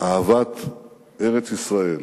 אהבת ארץ-ישראל,